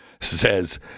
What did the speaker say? says